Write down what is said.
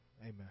Amen